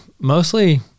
mostly